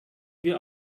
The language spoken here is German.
wir